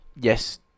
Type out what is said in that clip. yes